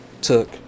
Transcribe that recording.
took